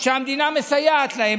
שהמדינה מסייעת להם.